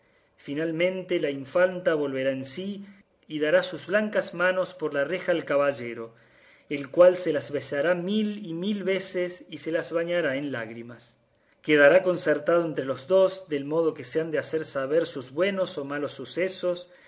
finalmente la infanta volverá en sí y dará sus blancas manos por la reja al caballero el cual se las besará mil y mil veces y se las bañará en lágrimas quedará concertado entre los dos del modo que se han de hacer saber sus buenos o malos sucesos